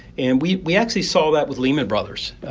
and we we actually saw that with lehman brothers.